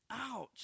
Ouch